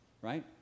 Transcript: Right